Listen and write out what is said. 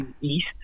East